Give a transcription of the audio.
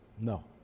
No